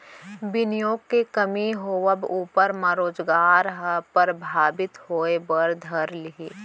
बिनियोग के कमी होवब ऊपर म रोजगार ह परभाबित होय बर धर लिही